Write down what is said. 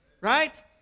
Right